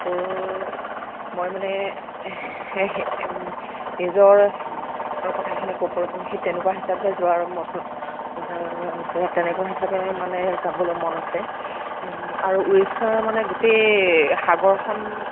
মোৰ মই মানে নিজৰ কথাখিনি ক'বলৈ পাৰিম সেই তেনেকুৱা হিচাপে যোৱাৰ মতলব তেনেকুৱা হিচাপে মানে যাবলৈ মন আছে আৰু উৰিষ্যাৰ মানে গোটেই সাগৰখন